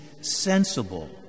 sensible